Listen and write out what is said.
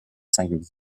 singulier